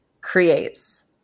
creates